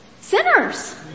sinners